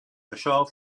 això